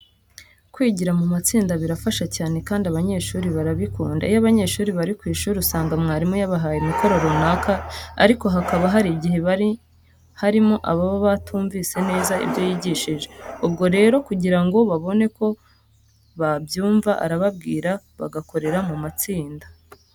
Kwigira mu matsinda birafasha cyane kandi abanyeshuri barabikunda. Iyo abanyeshuri bari ku ishuri usanga mwarimu yabahaye imikoro runaka ariko hakaba hari igihe harimo ababa batumvise neza ibyo yigishije. Ubwo rero kugira ngo babone uko babyumva arababwira bagakorera mu matsinda.